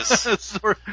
Sorry